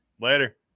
Later